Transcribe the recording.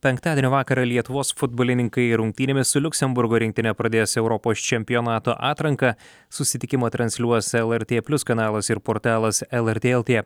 penktadienio vakarą lietuvos futbolininkai rungtynėmis su liuksemburgo rinktine pradės europos čempionato atranką susitikimą transliuos lrt plius kanalas ir portalas lrt lt